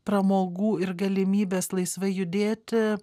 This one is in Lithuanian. pramogų ir galimybės laisvai judėti